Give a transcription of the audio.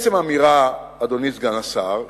אדוני סגן השר,